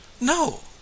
no